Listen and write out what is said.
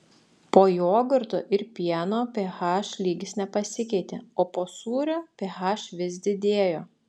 po jogurto ir pieno ph lygis nepasikeitė o po sūrio ph vis didėjo